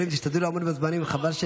חברים, תשתדלו לעמוד בזמנים, חבל.